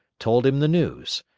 told him the news.